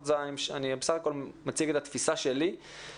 כל הערה שתתקבל בנוסח שפרסמנו אנחנו נתייחס ונשקול.